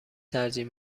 ترجیح